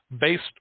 based